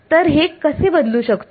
तर हे कसे बदलू शकतो ते पाहू